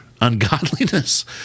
ungodliness